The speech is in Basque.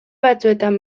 batzuetan